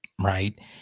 right